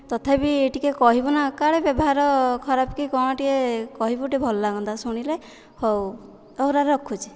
ତଥାପି ଟିକିଏ କହିବୁ ନା କାଳେ ବ୍ୟବହାର ଖରାପ କି କ'ଣ ଟିକିଏ କହିବୁ ଟିକିଏ ଭଲ ଲାଗନ୍ତା ଶୁଣିଲେ ହଉ ହଉ ରଖୁଛି